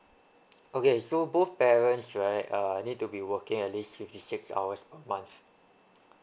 okay so both parents right uh need to be working at least fifty six hours per month